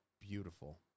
beautiful